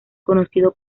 conocido